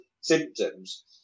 symptoms